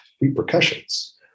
repercussions